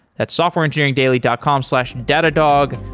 that's softwareengineeringdaily dot com slash datadog.